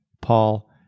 Paul